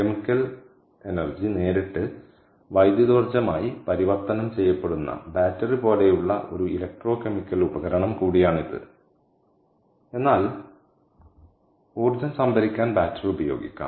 chemical ഊർജ്ജം നേരിട്ട് വൈദ്യുതോർജ്ജമായി പരിവർത്തനം ചെയ്യപ്പെടുന്ന ബാറ്ററി പോലെയുള്ള ഒരു ഇലക്ട്രോകെമിക്കൽ ഉപകരണം കൂടിയാണിത് എന്നാൽ ഊർജ്ജം സംഭരിക്കാൻ ബാറ്ററി ഉപയോഗിക്കാം